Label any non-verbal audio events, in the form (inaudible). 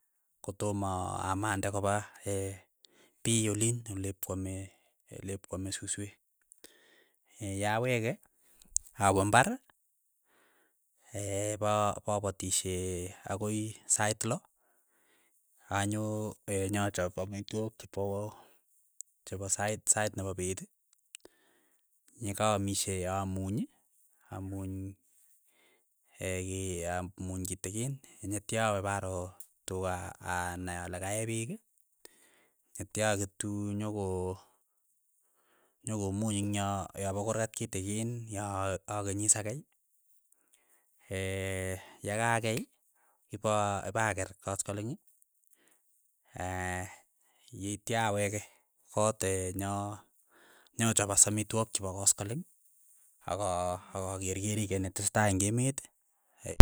Kotoma amande kopa (hesitation) piy oliin olepkwame olepkwame suswek (hesitation) yaweke, awe imbar, (hesitation) papatishe (hesitation) akoi sait lo anyo nyachap amitwogik chepa chepa sait sait nepa peet, nyekaamishe amuny amuny (hesitation) kia amuny kitikin, netya awe paro tuka aa- anai ale kaee peek, netya aketu nyoko nyokomuny ingya ingya pakurkat kitikin ya akenyi sakei, (hesitation) yakakei ipa- ipakeer kaskaleny, (hesitation) yitya aweke koot nya- nyachap as amitwogik chepa kaskaleng aka- aka kerkeri kei netesetai eng' emeet.